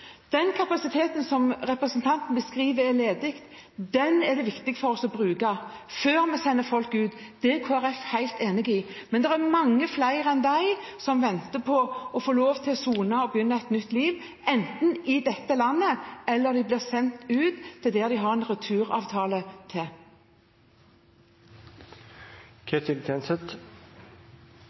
Den ledige kapasiteten som representanten beskriver, er det viktig for oss å bruke før vi sender folk ut – det er Kristelig Folkeparti helt enig i. Men det er mange flere som venter på å få lov til å sone og begynne et nytt liv, enten i dette landet eller ved å bli sendt ut til dem vi har en